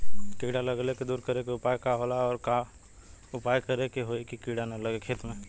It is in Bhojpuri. कीड़ा लगले के दूर करे के उपाय का होला और और का उपाय करें कि होयी की कीड़ा न लगे खेत मे?